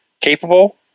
capable